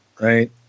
right